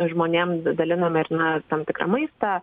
žmonėm daliname ar ne tam tikrą maistą